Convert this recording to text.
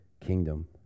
kingdom